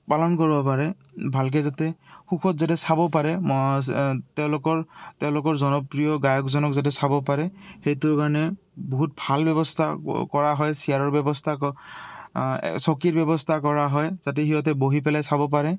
পালন কৰিব পাৰে ভালকে যাতে সুখত যাতে চাব পাৰে তেওঁলোকৰ তেওঁলোকৰ জনপ্ৰিয় গায়কজনক যাতে চাব পাৰে সেইটো কাৰণে বহুত ভাল ব্যৱস্থা কৰা হয় ছেয়াৰৰ ব্যৱস্থা চকীৰ ব্যৱস্থা কৰা হয় যাতে সিহঁতে বহি পেলাই চাব পাৰে